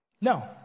No